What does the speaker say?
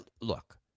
Look